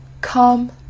Come